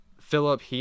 Philip